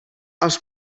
als